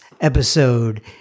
episode